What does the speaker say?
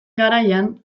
garaian